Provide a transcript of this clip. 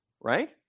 Right